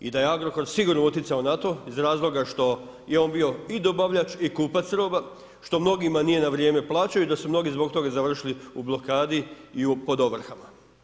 I da je Agrokor sigurno utjecao na to iz razloga što je on bio i dobavljač i kupac roba, što mnogima nije na vrijeme plaćao i da su mnogi zbog toga završili u blokadi i pod ovrhama.